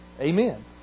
Amen